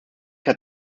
hat